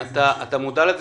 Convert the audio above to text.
אתה מודע לזה,